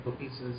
pieces